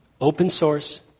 open-source